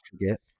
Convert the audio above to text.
forget